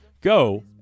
go